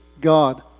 God